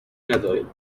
ندارید